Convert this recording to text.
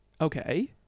Okay